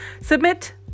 Submit